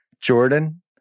Jordan